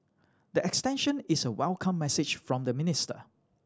the extension is a welcome message from the minister